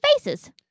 faces